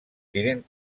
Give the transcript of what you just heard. tinent